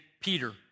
Peter